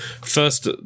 first